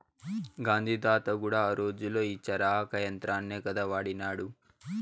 గాంధీ తాత కూడా ఆ రోజుల్లో ఈ చరకా యంత్రాన్నే కదా వాడినాడు